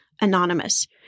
anonymous